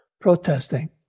Protesting